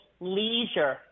leisure